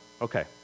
okay